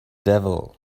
devil